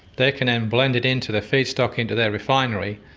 they can then blend it in to their feedstock into their refinery.